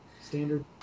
standard